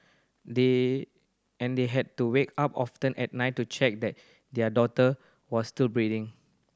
they and they had to wake up often at night to check that their daughter was still breathing